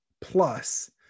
plus